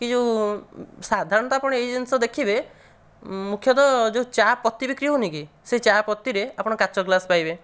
କି ଯେଉଁ ସାଧାରଣତଃ ଆପଣ ଏଇ ଜିନିଷ ଦେଖିବେ ମୁଖ୍ୟତଃ ଯେଉଁ ଚା ପତି ବିକ୍ରି ହଉନି କି ସେ ଚା ପତିରେ ଆପଣ କାଚ ଗ୍ଲାସ୍ ପାଇବେ